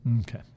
Okay